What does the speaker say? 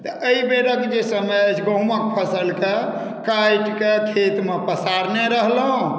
तऽ एहि बेरक जे समय अछि गहुँमक फसलके काटि कऽ खेतमे पसारने रहलहुँ